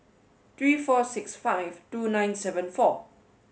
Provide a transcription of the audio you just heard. three four six five two nine seven four